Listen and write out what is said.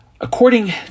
According